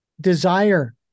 desire